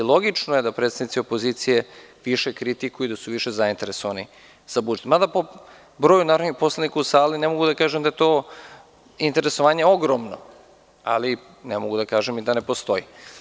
Logično je da predstavnici opozicije više kritikuju i da su više zainteresovani, mada po broju narodnih poslanika u sali ne mogu da kažem da je to interesovanje ogromno, ali ne mogu da kažem i da ne postoji.